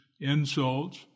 insults